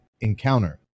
encounter